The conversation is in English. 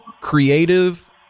creative